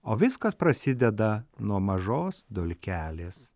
o viskas prasideda nuo mažos dulkelės